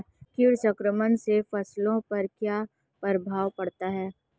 कीट संक्रमण से फसलों पर क्या प्रभाव पड़ता है?